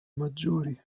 maggiori